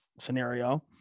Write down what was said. scenario